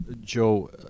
Joe